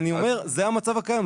אני אומר שזה המצב הקיים.